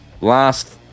last